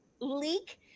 leak